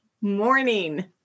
morning